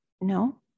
No